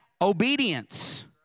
Obedience